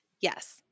Yes